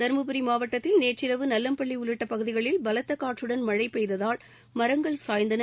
தர்மபுரி மாவட்டத்தில் நேற்றிரவு நல்லம்பள்ளி உள்ளிட்ட பகுதிகளில் பலத்த காற்றுடன் மழை பெய்ததால் மரங்கள் சாய்ந்தன